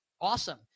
Awesome